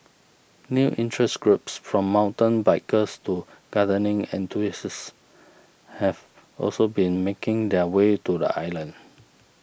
new interest groups from mountain bikers to gardening enthusiasts have also been making their way to the island